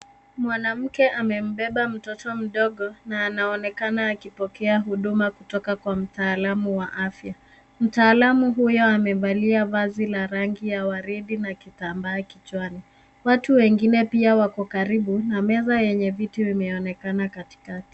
Mwanamke amembeba mtoto mdogo na anaonekana akipokea huduma kutoka kwa mtaalamu wa afya. Mtaalamu huyo amevalia vazi la rangi ya waridi na kitambaa kichwani. Watu wengine pia wako karibu na meza yenye viti vimeonekana katikati.